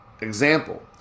Example